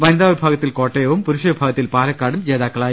വനിതാ വിഭാഗത്തിൽ കോട്ടയവും പുരു ഷവിഭാഗത്തിൽ പാലക്കാടും ജേതാക്കളായി